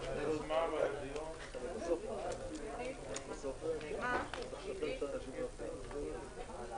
13:01.